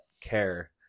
care